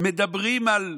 מדברים על,